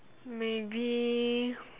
maybe